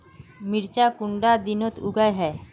मिर्चान कुंडा दिनोत उगैहे?